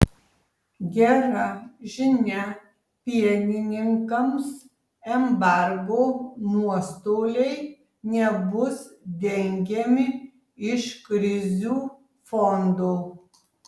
gera žinia pienininkams embargo nuostoliai nebus dengiami iš krizių fondo